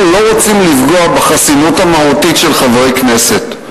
אנחנו לא רוצים לפגוע בחסינות המהותית של חברי הכנסת.